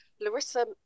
Larissa